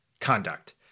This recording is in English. conduct